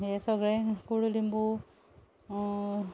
हें सगळें कोडुलिंबू